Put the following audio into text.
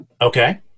Okay